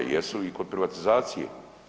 Jesu i kod privatizacije.